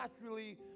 naturally